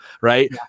right